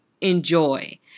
enjoy